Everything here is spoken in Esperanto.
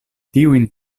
tiujn